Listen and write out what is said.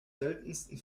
seltensten